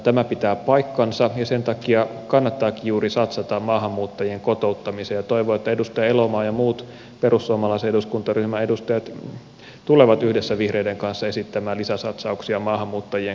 tämä pitää paikkansa ja juuri sen takia kannattaakin satsata maahanmuuttajien kotouttamiseen ja toivon että edustaja elomaa ja muut perussuomalaisen eduskuntaryhmän edustajat tulevat yhdessä vihreiden kanssa esittämään lisäsatsauksia maahanmuuttajien kotouttamiseen